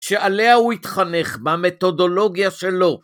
שעליה הוא יתחנך במתודולוגיה שלו.